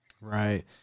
Right